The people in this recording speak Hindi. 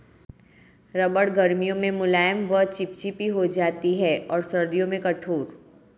रबड़ गर्मियों में मुलायम व चिपचिपी हो जाती है और सर्दियों में कठोर